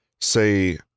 say